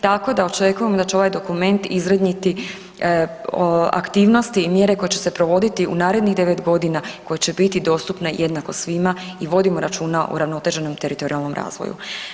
Tako da očekujem da će ovaj dokument iznjedriti aktivnosti i mjere koje će se provoditi u narednih 9.g. koje će biti dostupne jednako svima i vodimo računa o uravnoteženom teritorijalnom razvoju.